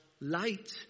light